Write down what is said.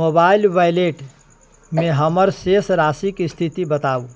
mobile वैलेटमे हमर शेष राशिक स्थिति बताउ